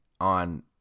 on